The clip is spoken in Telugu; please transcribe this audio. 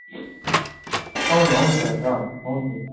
అవును అవును సార్ అవును సార్